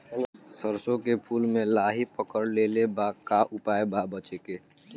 सरसों के फूल मे लाहि पकड़ ले ले बा का उपाय बा बचेके?